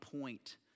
point